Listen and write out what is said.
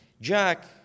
Jack